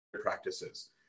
practices